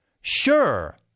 Sure